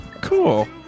Cool